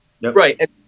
Right